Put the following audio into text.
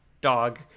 dog